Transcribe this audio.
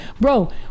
Bro